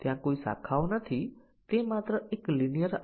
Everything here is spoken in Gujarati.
આનો જવાબ આપવા માટે તમારે ખૂબ સખત વિચાર કરવો જરૂરી નથી